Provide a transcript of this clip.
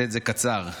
של חבר הכנסת נאור שירי.